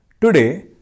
Today